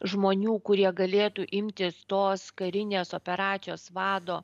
žmonių kurie galėtų imtis tos karinės operacijos vado